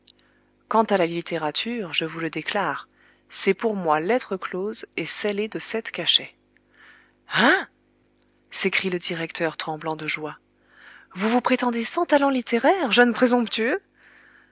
quant à la littérature je vous le déclare c'est pour moi lettre close et scellée de sept cachets hein s'écrie le directeur tremblant de joie vous vous prétendez sans talent littéraire jeune présomptueux